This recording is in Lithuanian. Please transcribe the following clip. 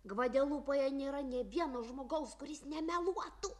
gvadelupoje nėra nei vieno žmogaus kuris nemeluotų